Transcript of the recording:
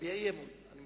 להביע אמון בממשלה.